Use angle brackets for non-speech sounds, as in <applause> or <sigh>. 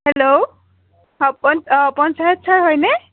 hello <unintelligible> sir হয়নে